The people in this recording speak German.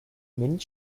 minh